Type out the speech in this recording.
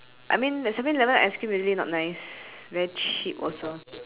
I mean like seven-eleven ice-cream usually not nice very cheap also